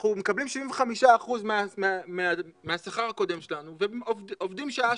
אנחנו מקבלים 75% מהשכר הקודם שלנו ועובדים שעה,